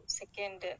second